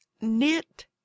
knit